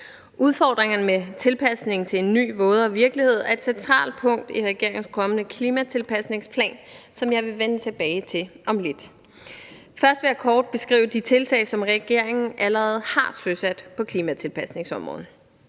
Udfordringerne med en tilpasning til en ny, vådere virkelighed er et centralt punkt i regeringens kommende klimatilpasningsplan, som jeg vil vende tilbage til om lidt. Jeg vil først kort beskrive de tiltag, som regeringen allerede har søsat på klimatilpasningsområdet.